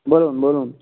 বলুন বলুন